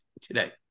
today